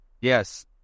Yes